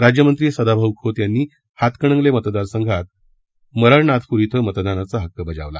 राज्यमंत्री सदाभाऊ खोत यांनी हातकणंगले मतदारसंघात मरळनाथपूर क्वें मतदानाचा हक्क बजावला